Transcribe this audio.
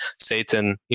Satan